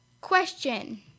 Question